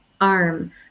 arm